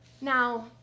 Now